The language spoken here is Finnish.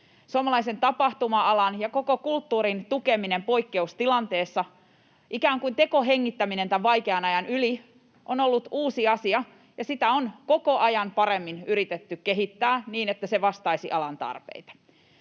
Suomalaisen tapahtuma-alan ja koko kulttuurin tukeminen poikkeustilanteessa, ikään kuin tekohengittäminen tämän vaikean ajan yli, on ollut uusi asia ja sitä on koko ajan paremmin yritetty kehittää niin, että se vastaisi alan tarpeita.